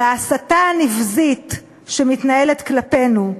על ההסתה הנבזית שמתנהלת כלפינו,